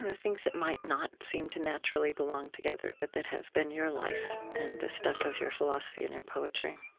and things that might not seem to naturally belong together but that have been your life and the stuff of your philosophy and your poetry